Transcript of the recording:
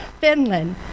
Finland